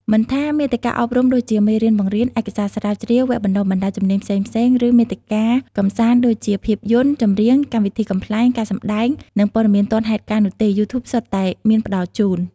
មិនថាមាតិកាអប់រំដូចជាមេរៀនបង្រៀន ឯកសារស្រាវជ្រាវ វគ្គបណ្តុះបណ្តាលជំនាញផ្សេងៗ ឬមាតិកាកម្សាន្តដូចជាភាពយន្ត ចម្រៀង កម្មវិធីកំប្លែង ការសម្ដែង និងព័ត៌មានទាន់ហេតុការណ៍នោះទេ យូធូបសុទ្ធតែមានផ្តល់ជូន។